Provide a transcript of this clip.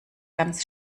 ganz